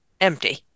empty